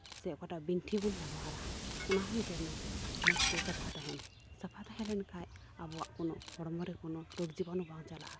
ᱥᱮ ᱚᱠᱟᱴᱟᱜ ᱵᱤᱱᱴᱷᱤ ᱵᱚᱱ ᱵᱮᱵᱚᱦᱟᱨᱟ ᱚᱱᱟ ᱦᱚᱸ ᱡᱮᱱᱚ ᱢᱚᱡᱽ ᱛᱮ ᱥᱟᱯᱷᱟ ᱛᱟᱦᱮᱱ ᱥᱟᱯᱷᱟ ᱛᱟᱦᱮᱞᱮᱱ ᱠᱷᱟᱡ ᱟᱵᱚᱣᱟᱜ ᱩᱱᱟᱹᱜ ᱦᱚᱲᱢᱚ ᱨᱮ ᱠᱳᱱᱳ ᱨᱳᱜᱽ ᱡᱤᱵᱟᱱᱩ ᱵᱟᱝ ᱪᱟᱞᱟᱜᱼᱟ